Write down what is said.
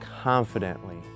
confidently